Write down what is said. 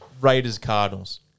Raiders-Cardinals